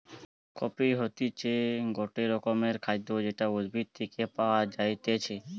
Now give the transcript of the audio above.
coffee হতিছে গটে রকমের খাদ্য যেটা উদ্ভিদ থেকে পায়া যাইতেছে